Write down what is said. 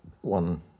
one